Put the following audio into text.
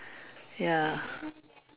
ya